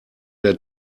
der